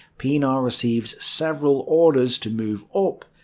pienaar receives several orders to move up,